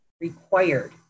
required